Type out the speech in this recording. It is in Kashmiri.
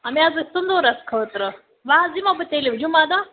آ مےٚ حظ ٲسۍ تُندوٗرَس خٲطرٕ وۄنۍ حظ یِمو بہٕ تیٚلہِ جُمعہ دۄہ